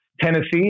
Tennessee